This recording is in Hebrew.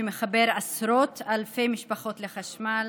שמחבר עשרות אלפי משפחות לחשמל,